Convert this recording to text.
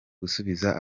gusubiza